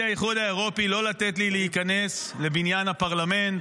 האיחוד האירופי לא לתת לי להיכנס לבניין הפרלמנט,